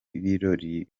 birori